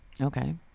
Okay